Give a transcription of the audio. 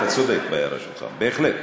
אתה צודק בהערה שלך, בהחלט.